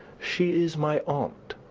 she is my aunt.